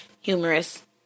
humorous